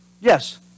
Yes